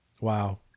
Wow